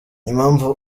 impamvu